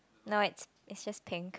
no it's it's just pink